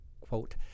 quote